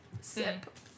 Sip